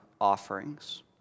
offerings